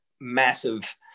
massive